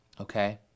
okay